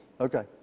Okay